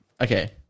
Okay